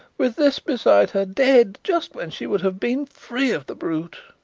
with this beside her. dead just when she would have been free of the brute.